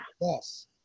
Yes